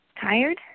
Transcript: Tired